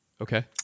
Okay